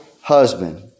husband